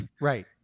Right